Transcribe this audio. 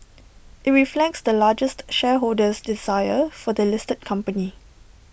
IT reflects the largest shareholder's desire for the listed company